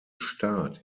start